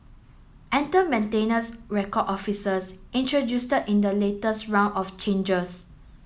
enter maintenance record officers introduce in the latest round of changes